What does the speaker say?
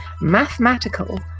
mathematical